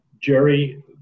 Jerry